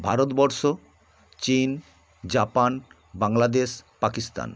ভারতবর্ষ চীন জাপান বাংলাদেশ পাকিস্তান